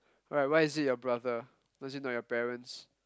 alright why is it your brother why is it not your parents